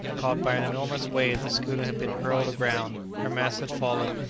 caught by an enormous wave the schooner had been hurled aground her masts had fallen,